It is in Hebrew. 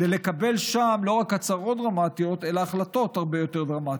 ולקבל שם לא רק הצהרות דרמטיות אלא החלטות הרבה יותר דרמטיות.